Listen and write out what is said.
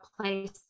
place